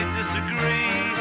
disagree